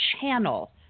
channel